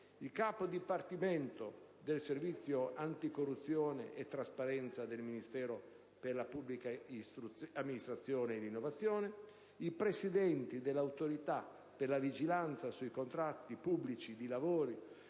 il capo dipartimento del servizio anticorruzione e trasparenza del Ministero per la pubblica amministrazione e l'innovazione, i presidenti dell'Autorità per la vigilanza sui contratti pubblici di lavori,